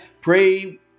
pray